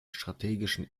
strategischen